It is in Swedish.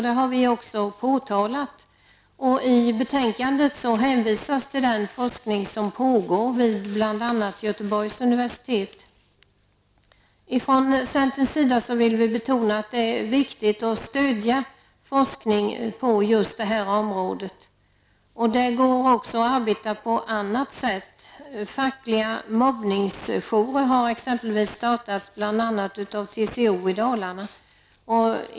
Det har vi också påtalat. I betänkandet hänvisas till den forskning som pågår vid bl.a. Göteborgs universitet. Vi vill från centerns sida betona att det är viktigt att stödja just forskning på området. Det går också att arbeta på annat sätt. Fackliga mobbningsjourer har exempelvis startats bl.a. av TCO i Dalarna.